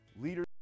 Leaders